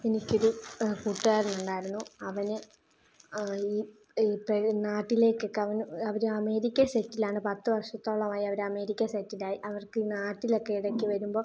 എനിക്കൊരു കൂട്ടുകാരൻ ഉണ്ടായിരുന്നു അവൻ ഈ നാട്ടിലേകൊക്കെ അവൻ അവർ അമേരിക്കയിൽ സെറ്റിലാണ് പത്തു വർഷത്തോളമായി അവർ അമേരിക്കയിൽ സെറ്റിലായി അവർക്ക് നാട്ടിലൊക്കെ ഇടയ്ക്ക് വരുമ്പോൾ